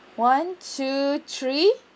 one two three